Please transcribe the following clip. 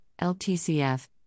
LTCF